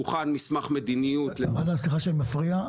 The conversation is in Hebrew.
הוכן מסמך מדיניות --- סליחה שאני מפריע.